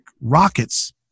rockets